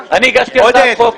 אני הגשתי הצעת חוק.